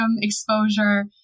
exposure